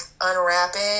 unwrapping